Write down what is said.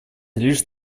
лишь